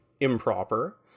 improper